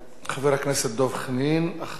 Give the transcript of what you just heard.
אחריו, חבר הכנסת אחמד טיבי,